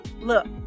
Look